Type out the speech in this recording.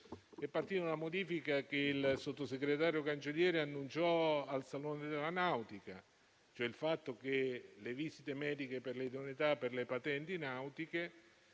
partita una modifica che il sottosegretario Cancelleri annunciò al Salone della nautica, cioè il fatto che le visite mediche per le idoneità alle patenti nautiche